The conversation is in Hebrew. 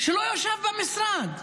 שלא ישב במשרד,